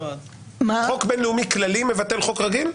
חוק בין-לאומי כללי מבטל חוק רגיל?